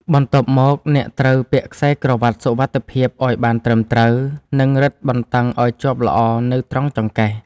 បន្ទាប់មក អ្នកត្រូវពាក់ខ្សែក្រវាត់សុវត្ថិភាព ឱ្យបានត្រឹមត្រូវ និងរឹតបន្តឹងឱ្យជាប់ល្អនៅត្រង់ចង្កេះ។